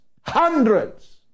hundreds